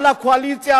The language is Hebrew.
אל הקואליציה,